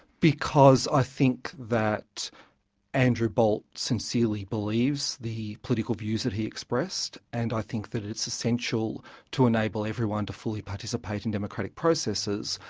because i think that andrew bolt sincerely believes the political views that he expressed, and i think that it's essential to enable everyone to fully participate in democratic processes.